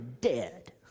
dead